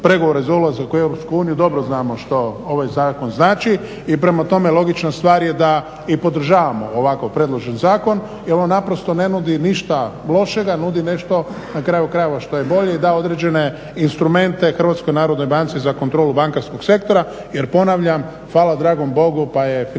pregovore za ulazak u EU dobro znamo što ovaj zakon znači i prema tome logična stvar je da i podržavamo ovako predložen zakon jer on ne nudi ništa lošega, nudi nešto što je bolje i daje određene instrumente HNB-u za kontrolu bankarskog sektora jer ponavljam, hvala dragom Bogu pa je financijski